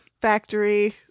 factory